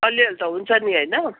अलिअलि त हुन्छ नि होइन